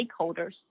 stakeholders